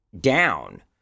down